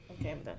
Okay